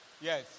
Yes